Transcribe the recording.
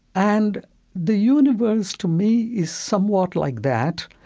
and the universe, to me, is somewhat like that.